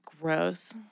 Gross